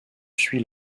suit